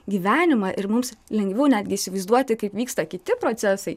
gyvenimą ir mums lengviau netgi įsivaizduoti kaip vyksta kiti procesai